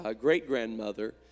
great-grandmother